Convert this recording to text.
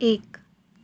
एक